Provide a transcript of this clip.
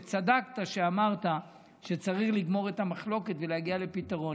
וצדקת כשאמרת שצריך לגמור את המחלוקת ולהגיע לפתרון,